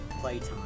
Playtime